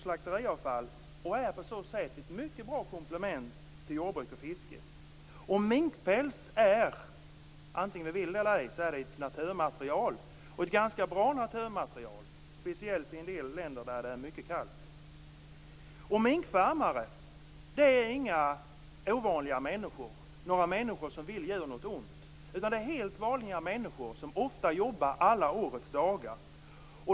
Den är ett mycket bra komplement till jordbruk och fiske. Minkpäls är - antingen man vill det eller ej - ett bra naturmaterial, speciellt i de länder där det är mycket kallt. Minkfarmare är inga ovanliga människor. Det är inte några som vill djuren något ont, utan det är helt vanliga människor som ofta jobbar alla årets dagar.